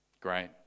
Great